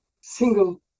single